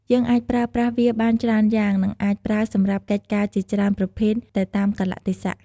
យើងអាចប្រើប្រាស់វាបានច្រើនយ៉ាង និងអាចប្រើសម្រាប់កិច្ចការជាច្រើនប្រភេទទៅតាមកាលៈទេសៈ។